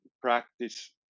practice